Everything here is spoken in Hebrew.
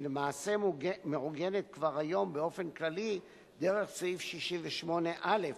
שלמעשה מעוגנת כבר היום באופן כללי דרך סעיף 68(א)